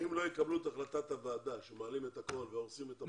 אם לא יקבלו את החלטת הוועדה שמעלים את כולם והורסים את המחנות,